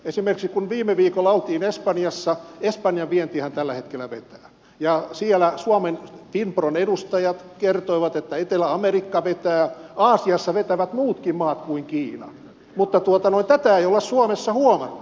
esimerkiksi kun viime viikolla oltiin espanjassa espanjan vientihän tällä hetkellä vetää siellä suomen finpron edustajat kertoivat että etelä amerikka vetää aasiassa vetävät muutkin maat kuin kiina mutta tätä ei olla suomessa huomattu